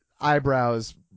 eyebrows